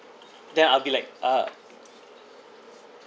then I'll be like uh